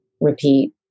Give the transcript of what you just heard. repeat